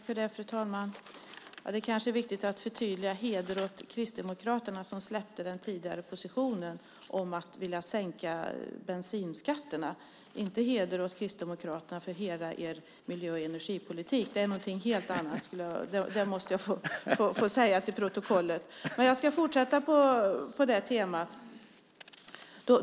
Fru talman! Det är kanske viktigt att förtydliga att det var heder åt Kristdemokraterna för att de släppte den tidigare positionen om att vilja sänka bensinskatterna. Det var inte heder åt Kristdemokraterna för hela deras miljö och energipolitik. Det är någonting helt annat. Det måste jag få säga för protokollets skull. Men jag ska fortsätta på det temat.